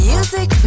Music